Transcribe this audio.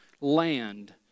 land